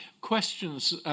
Questions